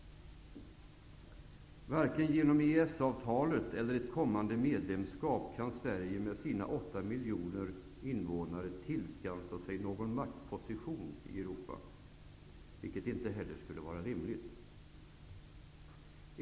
Varken genom EES-avtalet eller ett kommande medlemskap i EG kan Sverige med sina 8 miljoner innevånare tillskansa sig någon maktposition i Europa, vilket inte heller skulle vara rimligt.